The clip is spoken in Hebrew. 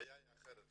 הבעיה היא אחרת.